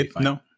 No